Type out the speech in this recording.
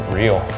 real